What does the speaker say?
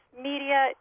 media